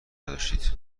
نداشتید